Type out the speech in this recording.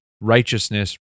righteousness